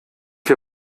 wir